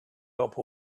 help